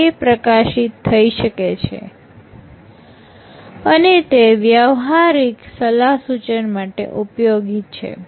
તે પ્રકાશિત થય શકે છે અને તે વ્યહવારિક સલાહસૂચન માટે ઉપયોગી છે